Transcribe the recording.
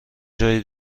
جایی